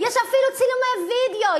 יש אפילו צילומי וידיאו,